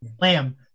Lamb